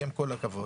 עם כל הכבוד.